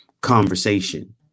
conversation